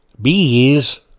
Bees